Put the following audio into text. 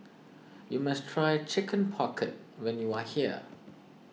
you must try Chicken Pocket when you are here